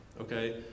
okay